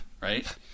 right